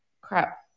crap